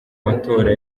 matora